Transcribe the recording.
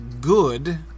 good